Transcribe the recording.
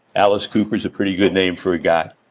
alice cooper's a pretty good name for a guy.